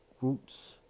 roots